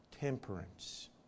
temperance